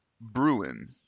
Bruin